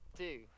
two